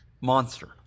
Monster